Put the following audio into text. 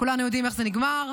כולנו יודעים איך זה נגמר.